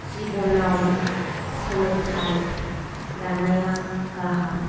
जिबनाव सोलोंथाइ लानाया गाहाम